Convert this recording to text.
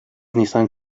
nisan